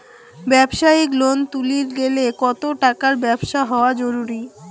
ব্যবসায়িক লোন তুলির গেলে কতো টাকার ব্যবসা হওয়া জরুরি?